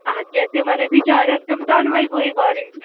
اَدٕ کیٛاہ تِمن ہَے بِچارٮ۪ن تِم دۄنوٕے بٲے بارٕنۍ